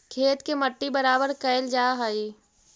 खेत के मट्टी बराबर कयल जा हई